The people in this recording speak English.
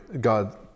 God